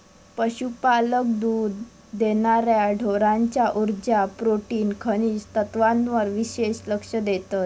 पशुपालक दुध देणार्या ढोरांच्या उर्जा, प्रोटीन, खनिज तत्त्वांवर विशेष लक्ष देतत